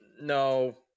no